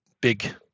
big